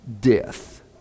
death